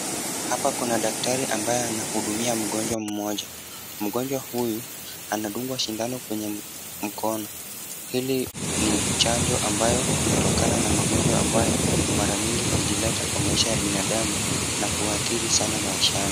Hapa kuna daktari ambaye anahudumia mgonjwa mmoja. Mgonjwa huyu anadungwa sindano kwenye mkono. Hili i chanjo ambayo inatokana na magonjwa ambayo mara mingi hujileta kwa maisha ya binadamu na kuadhiri sana maisha yake.